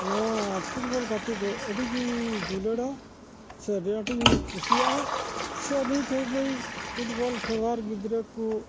ᱱᱚᱣᱟ ᱯᱷᱩᱴᱵᱚᱞ ᱜᱟᱛᱮᱜᱫᱚ ᱟᱹᱰᱤᱜᱮᱧ ᱫᱩᱞᱟᱹᱲᱟ ᱥᱮ ᱟᱹᱰᱤ ᱟᱴᱤᱧ ᱠᱩᱥᱤᱭᱟᱜᱼᱟ ᱥᱮ ᱱᱤᱛᱦᱷᱟᱹᱲᱤᱡ ᱯᱷᱩᱴᱵᱚᱞ ᱠᱷᱮᱞᱚᱣᱟᱲ ᱜᱤᱫᱽᱨᱟᱹᱠᱚ